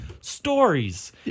stories